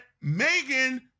Megan